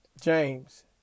James